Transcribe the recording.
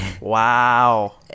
Wow